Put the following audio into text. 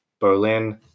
Bolin